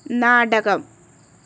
നാടകം